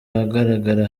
ahagaraga